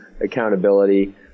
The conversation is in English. accountability